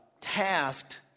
tasked